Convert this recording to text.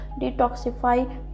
detoxify